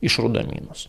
iš rudaminos